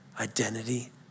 identity